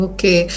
Okay